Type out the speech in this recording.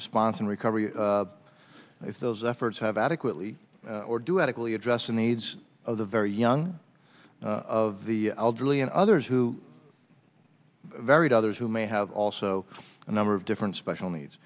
response and recovery if those efforts have adequately or do adequately address the needs of the very young of the elderly and others who varied others who may have also a number of different special needs